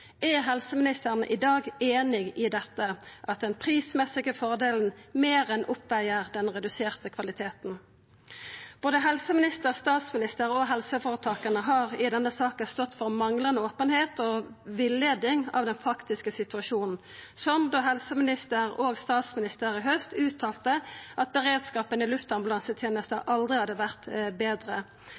Er helseministeren i dag einig i dette, at den prismessige fordelen meir enn veg opp for den reduserte kvaliteten? Både helseministeren, statsministeren og helseføretaka har i denne saka stått for manglande openheit og villeiing av den faktiske situasjonen, som da helseministeren og statsministeren i haust uttalte at beredskapen i luftambulansetenesta aldri hadde vore betre,